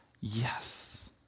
yes